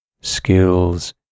skills